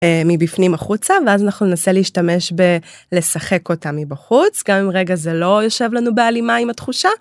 מבפנים החוצה ואז אנחנו ננסה להשתמש בלשחק אותה מבחוץ גם אם רגע זה לא יושב לנו בהלימה עם התחושה.